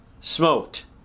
Smoked